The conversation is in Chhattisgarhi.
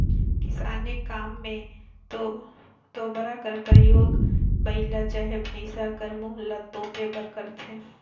किसानी काम मे तोबरा कर परियोग बइला चहे भइसा कर मुंह ल तोपे बर करथे